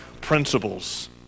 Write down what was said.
principles